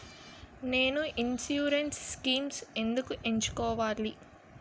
నేను insurance schemes ఎందుకు ఎంచుకోవాలి?